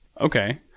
Okay